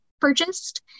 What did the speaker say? purchased